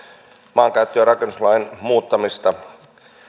maankäyttö ja rakennuslain muuttamista